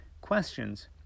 questions